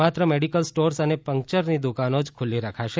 માત્ર medical stores અને પંક્યરની દુકાનો જ ખુલ્લી રાખી શકાશે